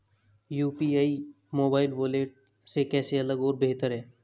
UPI mobile wallet से कैसे अलग और बेहतर है?